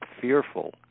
fearful